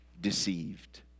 deceived